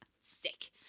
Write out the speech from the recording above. Sick